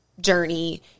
journey